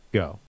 go